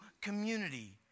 community